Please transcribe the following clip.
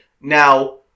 Now